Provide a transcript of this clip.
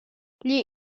gli